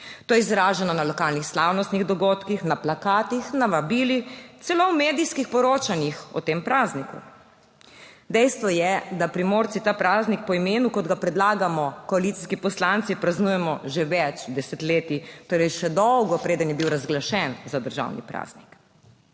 To je izraženo na lokalnih slavnostnih dogodkih, na plakatih, na vabilih, celo v medijskih poročanjih o tem prazniku. Dejstvo je, da Primorci ta praznik po imenu, kot ga predlagamo koalicijski poslanci, praznujemo že več desetletij, torej že dolgo prej, preden je bil razglašen za državni praznik.